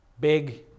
big